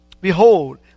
Behold